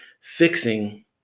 fixing